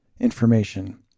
information